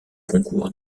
concours